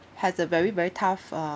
has a very very tough uh